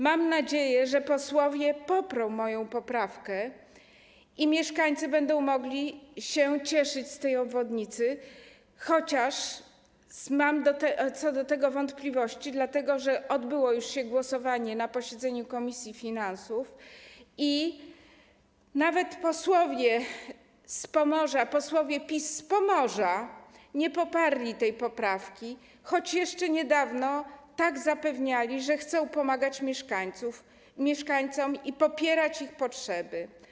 Mam nadzieję, że posłowie poprą moją poprawkę i mieszkańcy będą mogli się cieszyć z tej obwodnicy, chociaż mam co do tego wątpliwości, dlatego że już odbyło się głosowanie na posiedzeniu komisji finansów i nawet posłowie PiS z Pomorza nie poparli tej poprawki, choć jeszcze niedawno zapewniali, że chcą pomagać mieszkańcom i wspierać ich potrzeby.